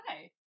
Hi